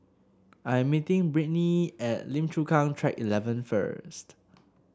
I'm meeting Brittnee at Lim Chu Kang Track Eleven first